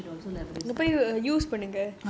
I think I should err also